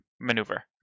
maneuver